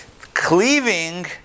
Cleaving